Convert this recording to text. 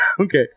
Okay